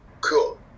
Cool